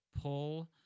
pull